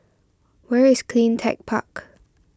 where is Clean Tech Park